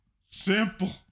simple